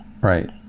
Right